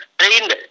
trained